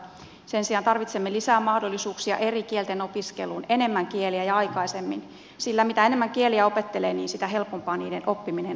sen sijaan tarvitsemme lisää mahdollisuuksia eri kielten opiskeluun enemmän kieliä ja aikaisemmin sillä mitä enemmän kieliä opettelee sitä helpompaa niiden oppiminen on